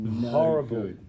horrible